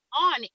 on